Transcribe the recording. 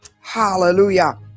hallelujah